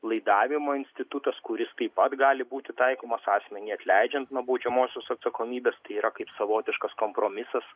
laidavimo institutas kuris taip pat gali būti taikomos asmenį atleidžiant nuo baudžiamosios atsakomybės tai yra kaip savotiškas kompromisas